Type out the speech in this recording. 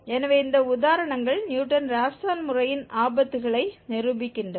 எனவே இந்த உதாரணங்கள் நியூட்டன் ராப்சன் முறையின் ஆபத்துகளை நிரூபிக்கின்றன